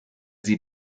sie